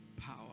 power